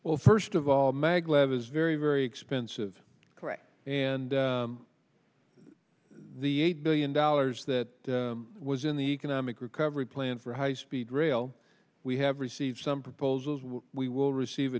well first of all maglev is very very expensive correct and the eight billion dollars that was in the economic recovery plan for high speed rail we have received some proposals we will receive